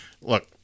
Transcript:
look